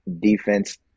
defense